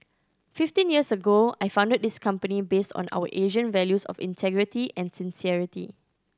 fifteen years ago I founded this company based on our Asian values of integrity and sincerity